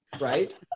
right